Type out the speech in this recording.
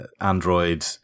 Android